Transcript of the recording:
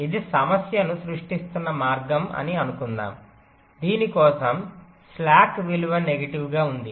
ఇది సమస్యను సృష్టిస్తున్న మార్గం అని అనుకుందాం దీని కోసం స్లాక్ విలువ నెగటివ్ గా ఉంది